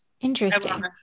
Interesting